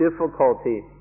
difficulty